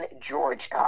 Georgia